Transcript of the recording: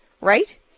right